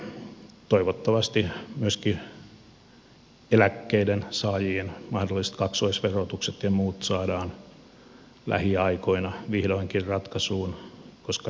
tosiaan toivottavasti myöskin eläkkeiden saajien mahdolliset kaksoisverotukset ja muut saadaan lähiaikoina vihdoinkin ratkaisuun koska ne eivät ole ratkaistuja